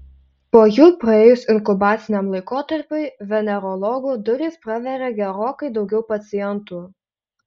po jų praėjus inkubaciniam laikotarpiui venerologų duris praveria gerokai daugiau pacientų